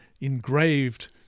engraved